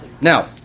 Now